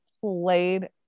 played